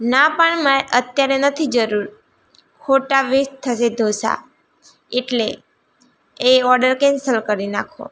ના પણ મારે અત્યારે નથી જરૂર ખોટા વેસ્ટ થશે ઢોંસા એટલે એ ઓડર કેન્સલ કરી નાખો